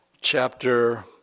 chapter